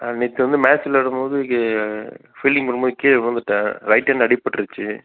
நேற்று வந்து மேட்ச் விளையாடும்போது இது ஃபீல்டிங் பண்ணும்போது கீழே விழுந்துவிட்டேன் ரைட் ஹேண்ட் அடிபட்டுருச்சு